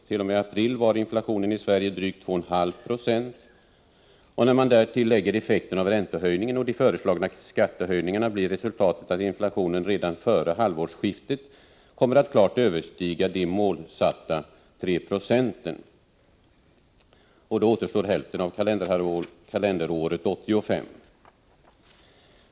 T. o. m. april var inflationen i Sverige drygt 2 1/2 Yo, och när man därtill lägger effekten av räntehöjningen och de föreslagna skattehöjningarna blir resultatet att inflationen redan före halvårsskiftet kommer att klart överstiga de målsatta 3 26. Det återstår då hälften av kalenderåret 1985.